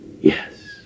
Yes